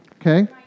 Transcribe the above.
Okay